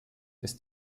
ist